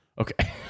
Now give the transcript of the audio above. Okay